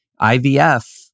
IVF